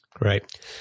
Right